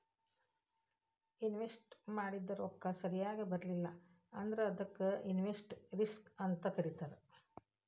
investment ಮಾಡಿದ್ ರೊಕ್ಕ ಸರಿಯಾಗ್ ಬರ್ಲಿಲ್ಲಾ ಅಂದ್ರ ಅದಕ್ಕ ಇನ್ವೆಸ್ಟ್ಮೆಟ್ ರಿಸ್ಕ್ ಅಂತ್ ಕರೇತಾರ